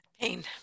Pain